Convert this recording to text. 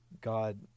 God